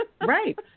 Right